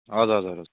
हजुर हजुर हजुर